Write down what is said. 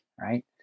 right